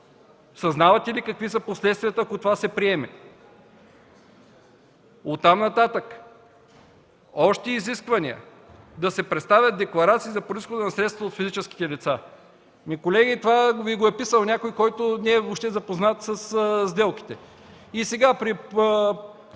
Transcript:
Съзнавате ли какви са последствията, ако това се приеме? Оттам нататък – още изисквания: да се представят декларации за произхода на средствата от физическите лица. Ами, колеги, това Ви го е писал някой, който не е запознат въобще със сделките. И сега при